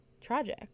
Tragic